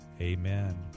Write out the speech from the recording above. Amen